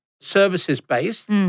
services-based